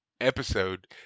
Episode